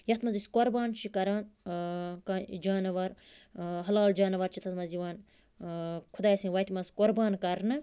یَتھ منٛز أسۍ قربان چھِ کران کانٛہہ جاناوَار حلال جاناوَار چھِ تَتھ منٛز یِوان خُداے سٔنٛز وَتہِ منٛز قربان کرٕنہٕ